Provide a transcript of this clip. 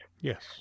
Yes